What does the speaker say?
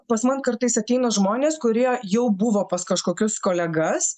pas man kartais ateina žmonės kurie jau buvo pas kažkokius kolegas